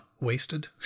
Wasted